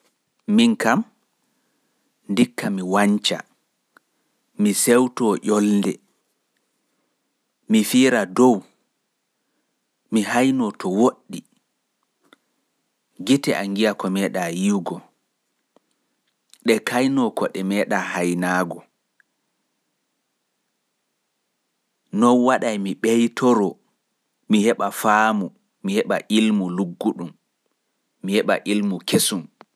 Ndikka mi wanca mi sewto yolnde mi heɓa mi haino to woɗɗi fuu gam mi ɓeitoro e faamu e ilmu kesum.